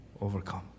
overcome